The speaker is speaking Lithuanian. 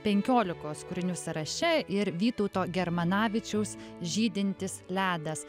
penkiolikos kūrinių sąraše ir vytauto germanavičiaus žydintis ledas